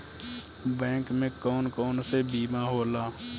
Bank में कौन कौन से बीमा होला?